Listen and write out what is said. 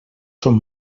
són